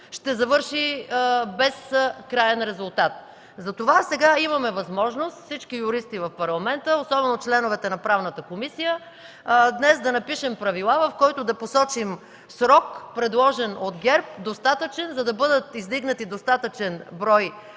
ще завърши без краен резултат. Затова сега имаме възможност всички юристи в Парламента, особено членовете на Правната комисия, днес да напишем правила, в които да посочим срок, предложен от ГЕРБ, достатъчен, за да бъдат издигнати достатъчен брой